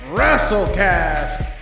WrestleCast